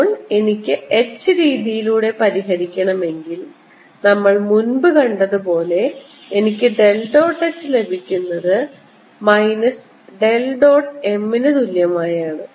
ഇപ്പോൾ എനിക്ക് h രീതിയിലൂടെ പരിഹരിക്കണമെങ്കിൽ നമ്മൾ മുൻപ് കണ്ടതുപോലെ എനിക്ക് ഡെൽ ഡോട്ട് h ലഭിക്കുന്നത് മൈനസ് ഡെൽ ഡോട്ട് m ന് തുല്യമായാണ്